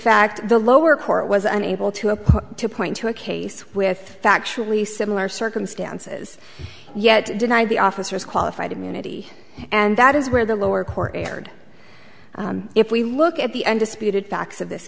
fact the lower court was unable to apply to point to a case with factually similar circumstances yet denied the officers qualified immunity and that is where the lower court erred if we look at the undisputed facts of this